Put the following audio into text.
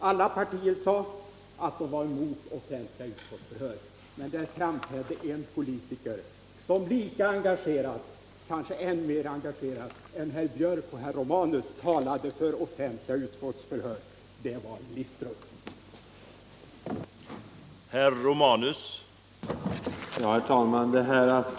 Alla partiers företrädare sade att de var emot offentliga utskottsförhör, men det framträdde en politiker som lika engagerat — kanske än mera engagerat än herr Björck skannat SARA och herr Romanus — talade för offentliga utskottsförhör. Det var Glistrup. — Offentliga utskottsutfrågningar